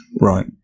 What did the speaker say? right